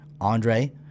Andre